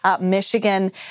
Michigan